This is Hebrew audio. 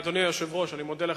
אדוני היושב-ראש, אני מודה לך.